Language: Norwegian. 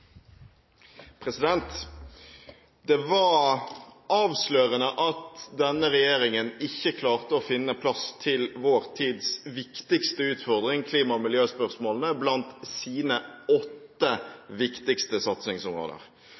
Det var avslørende at denne regjeringen ikke klarte å finne plass til vår tids viktigste utfordring – klima- og miljøspørsmålene – blant sine åtte viktigste satsingsområder.